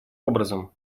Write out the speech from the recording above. образом